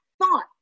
thought